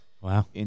Wow